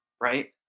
right